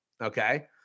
okay